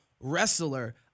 wrestler